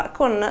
con